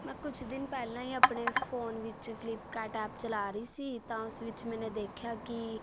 ਮੈਂ ਕੁਛ ਦਿਨ ਪਹਿਲਾਂ ਹੀ ਆਪਣੇ ਫੋਨ ਵਿੱਚ ਫਲਿੱਕਾਰਟ ਐਪ ਚਲਾ ਰਹੀ ਸੀ ਤਾਂ ਉਸ ਵਿੱਚ ਮੈਨੇ ਦੇਖਿਆ ਕਿ